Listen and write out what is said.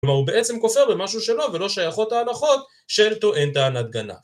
כלומר הוא בעצם כופר במשהו שלו ולא שייכות ההלכות של טוען טענת גנב